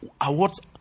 awards